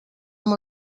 amb